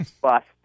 bust